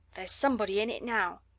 there's somebody in it now!